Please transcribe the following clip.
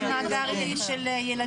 מאגר פרטים של ילדים.